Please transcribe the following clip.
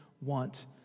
want